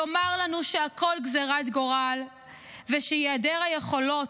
לומר לנו שהכול גזרת גורל ושהיעדר היכולות,